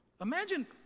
Imagine